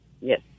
Yes